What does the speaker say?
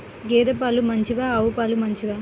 గేద పాలు మంచివా ఆవు పాలు మంచివా?